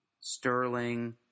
Sterling